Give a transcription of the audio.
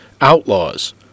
outlaws